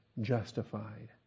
justified